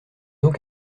donc